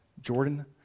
Jordan